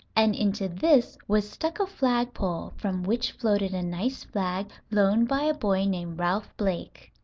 and into this was stuck a flag-pole from which floated a nice flag loaned by a boy named ralph blake.